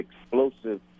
explosive